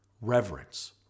Reverence